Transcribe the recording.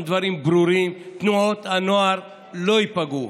דברים ברורים: תנועות הנוער לא ייפגעו.